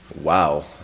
Wow